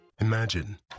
Imagine